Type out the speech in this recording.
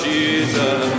Jesus